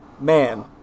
man